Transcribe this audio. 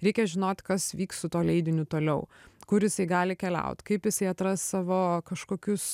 reikia žinot kas vyks su tuo leidiniu toliau kur jisai gali keliaut kaip jisai atras savo kažkokius